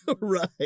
Right